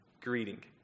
greeting